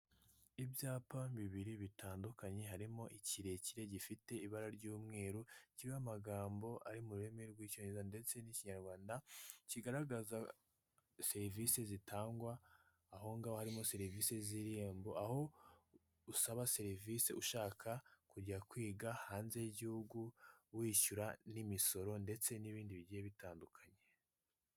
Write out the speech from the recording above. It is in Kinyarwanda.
Ibyapa bibiri bitandukanye, harimo ikirekire gifite ibara ry'umweru kiriho amagambo ari mu rurimi rw'icyongereza ndetse n'ikinyarwanda, kigaragaza serivise zitangwa aho ngaho harimo serivisi z'iri rembo, aho usaba serivise ushaka kujya kwiga hanze y'igihugu wishyura n'imisoro ndetse n'ibindi bigiye bitandukanye.